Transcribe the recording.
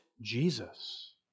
Jesus